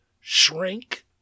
shrink